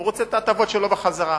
הוא רוצה את ההטבות שלו בחזרה.